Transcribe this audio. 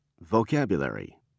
Vocabulary